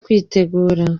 kwitegura